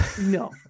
No